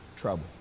trouble